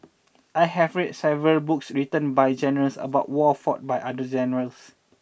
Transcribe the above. I have read several books written by generals about wars fought by other generals